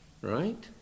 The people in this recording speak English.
right